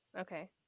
Okay